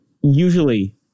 usually